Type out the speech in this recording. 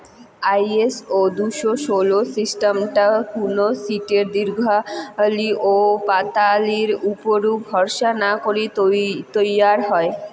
ISO দুশো ষোল সিস্টামটা কুনো শীটের দীঘলি ওপাতালির উপুরা ভরসা না করি তৈয়ার হই